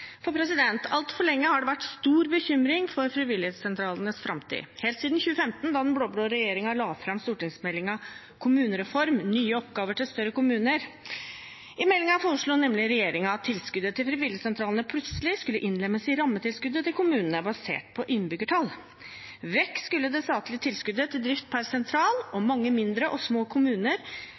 Altfor lenge har det vært stor bekymring for frivilligsentralenes framtid – helt siden 2015 da den blå-blå regjeringen la fram stortingsmeldingen Kommunereform – nye oppgaver til større kommuner. I meldingen foreslo nemlig regjeringen at tilskuddet til frivilligsentralene plutselig skulle innlemmes i rammetilskuddene til kommunene, basert på innbyggertall. Vekk skulle det statlige tilskuddet til drift per sentral. Mange små kommuner